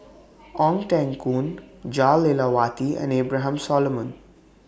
Ong Teng Koon Jah Lelawati and Abraham Solomon